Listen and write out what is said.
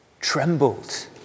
trembled